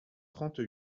trente